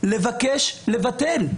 לבקש לבטל,